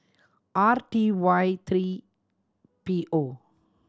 R T Y three P O